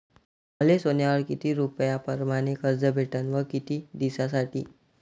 मले सोन्यावर किती रुपया परमाने कर्ज भेटन व किती दिसासाठी?